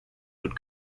would